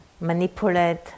manipulate